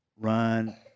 run